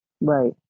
Right